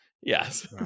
Yes